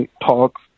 talk